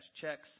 checks